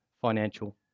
financial